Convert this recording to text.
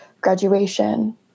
graduation